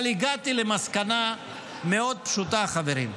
אבל הגעתי למסקנה מאוד פשוטה, חברים,